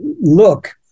look